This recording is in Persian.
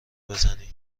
بزنی